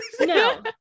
No